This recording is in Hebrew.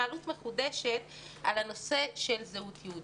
בעלות מחודשת על הנושא של זהות יהודית.